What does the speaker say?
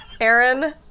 Aaron